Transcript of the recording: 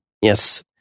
yes